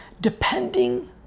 Depending